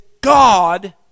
God